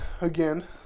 again